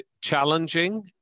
challenging